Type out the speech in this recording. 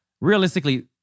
realistically